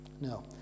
No